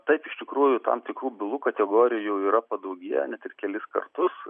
taip iš tikrųjų tam tikrų bylų kategorijų yra padaugėję net ir kelis kartus